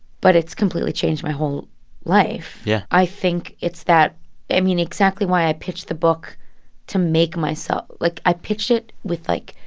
but it's completely changed my whole life yeah i think it's that i mean, exactly why i pitched the book to make myself like, i pitched it with, like,